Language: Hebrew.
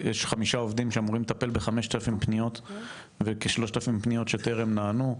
יש חמישה עובדים שאמורים לטפל ב-5,000 פניות וכ-3,000 פניות שטרם נענו.